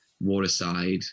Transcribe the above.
waterside